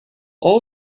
all